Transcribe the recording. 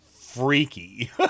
freaky